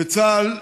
וצה"ל,